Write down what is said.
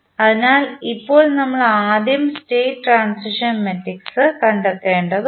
അതിനാൽ ഇപ്പോൾ നമ്മൾ ആദ്യം സ്റ്റേറ്റ് ട്രാൻസിഷൻ മാട്രിക്സ് കണ്ടെത്തേണ്ടതുണ്ട്